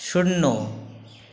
শূন্য